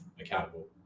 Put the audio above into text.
accountable